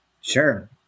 Sure